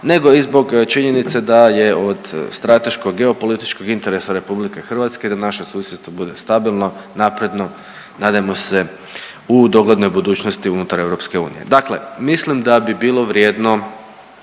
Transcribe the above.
nego i zbog činjenice da je od strateškog geopolitičkog interesa RH da naše susjedstvo bude stabilno, napredno nadajmo se u doglednoj budućnosti unutar EU. Dakle, mislim da bi bilo vrijedno